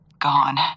gone